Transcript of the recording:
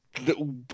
little